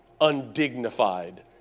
undignified